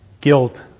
guilt